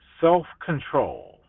self-control